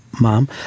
Mom